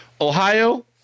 Ohio